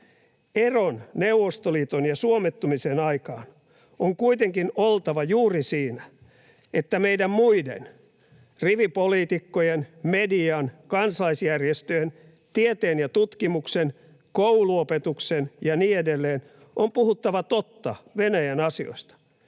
Eron Neuvostoliiton ja suomettumisen aikaan on kuitenkin oltava juuri siinä, että meidän muiden — rivipoliitikkojen, median, kansalaisjärjestöjen, tieteen ja tutkimuksen, kouluopetuksen ja niin edelleen — on puhuttava totta Venäjän asioista.